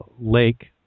lake